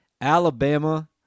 Alabama